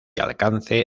alcance